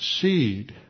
Seed